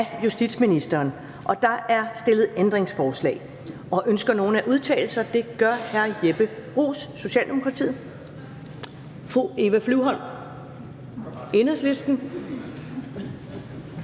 Ellemann): Der er stillet ændringsforslag. Ønsker nogen at udtale sig? Det gør hr. Jeppe Bruus, Socialdemokratiet, og fru Eva Flyvholm, Enhedslisten.